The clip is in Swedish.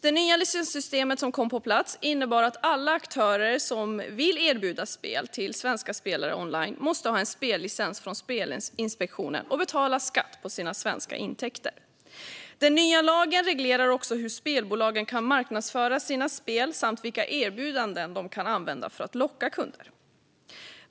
Det nya licenssystem som kom på plats innebär att alla aktörer som vill erbjuda spel till svenska spelare online måste ha en spellicens från Spelinspektionen och betala skatt på sina svenska intäkter. Den nya lagen reglerar också hur spelbolagen kan marknadsföra sina spel samt vilka erbjudanden de kan använda för att locka kunder.